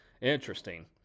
Interesting